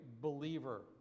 believer